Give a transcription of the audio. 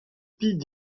pie